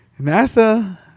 NASA